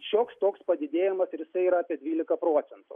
šioks toks padidėjimas ir jisai yra apie dvylika procentų